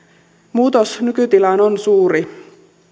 muutos nykytilaan on suuri